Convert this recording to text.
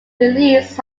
release